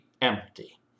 empty